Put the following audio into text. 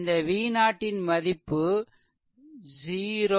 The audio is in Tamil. இந்த V0 ன் மதிப்பு 0